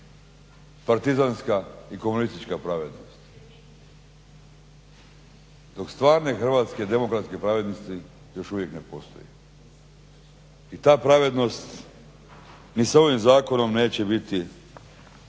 partizanska i komunistička pravednost dok stvarne hrvatske demokratske pravednosti još uvijek ne postoji. I ta pravednost ni sa ovim zakonom neće biti